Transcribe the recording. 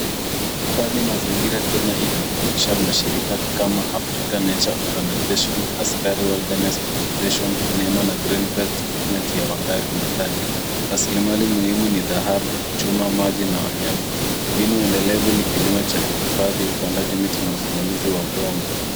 Hifadhi mazingira Kenya inahusisha mashirika kama Africa Nature organization, Nema na green belt movement ya Wangari Maathai. Rasilmali muhimu ni chuma, mazingira na wanyama. Mbinu endelevu ni kilimo cha hifadhi, upandaji miti na usimamizi wa udongo.